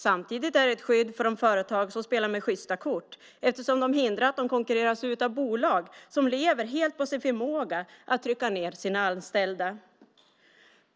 Samtidigt är det ett skydd för de företag som spelar med sjysta kort eftersom det hindrar att de konkurreras ut av bolag som lever helt på sin förmåga att trycka ned sina anställda.